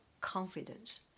confidence